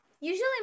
Usually